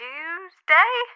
Tuesday